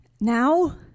now